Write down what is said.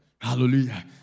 Hallelujah